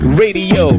radio